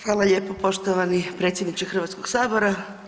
Hvala lijepo poštovani predsjedniče Hrvatskog sabora.